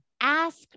ask